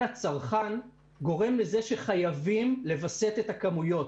הצרכן גורם לזה שחייבים לווסת את הכמויות.